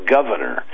Governor